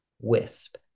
Wisp